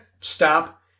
stop